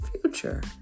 future